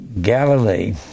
Galilee